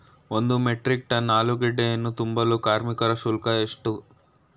ಒಂದು metric tonne ಆಲೂಗೆಡ್ಡೆಯನ್ನು ತುಂಬಲು ಕಾರ್ಮಿಕರ ಶುಲ್ಕ ಎಷ್ಟು?